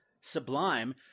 Sublime